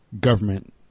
government